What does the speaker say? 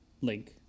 link